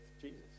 Jesus